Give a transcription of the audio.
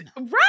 Right